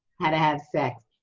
how to have sex.